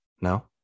no